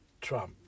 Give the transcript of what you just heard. trump